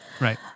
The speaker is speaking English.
Right